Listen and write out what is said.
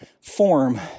form